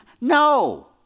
No